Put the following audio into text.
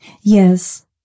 Yes